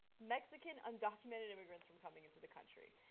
mexican undocumented immigrants from coming into the country.